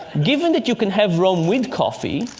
given that you can have rome with coffee,